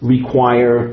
Require